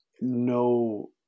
No